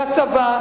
והצבא,